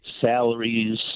salaries